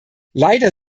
leider